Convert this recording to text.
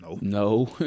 No